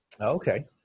Okay